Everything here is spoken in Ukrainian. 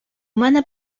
мене